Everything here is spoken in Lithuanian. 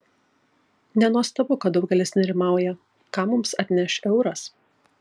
nenuostabu kad daugelis nerimauja ką mums atneš euras